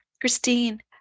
Christine